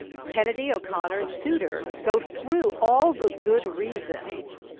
kennedy, o'connor, and souter go through all the good reasons